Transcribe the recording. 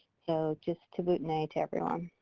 so just at-boo-ten-ay to everyone.